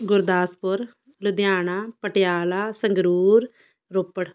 Gurdaspur Ludhiana Patiala Sangrur Ropar